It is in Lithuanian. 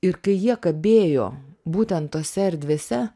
ir kai jie kabėjo būten tose erdvėse